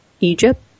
Egypt